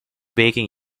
baking